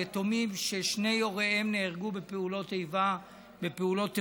יתומים ששני הוריהם נהרגו בפעולות איבה ופעולות טרור.